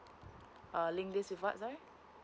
uh link this with what's all